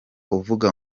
uvuga